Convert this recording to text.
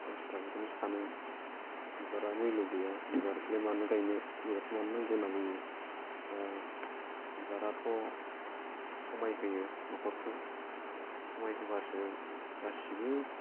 मानसिफोरा बेखौनो सानो बिबारा मुल्य गैया बिबारखोलाय मानो गायनो बिबारखो मानो नांगौ होनना बुङो दा बिबाराथ' समायहोयो न'खरखो समायहोब्लासो गासिबो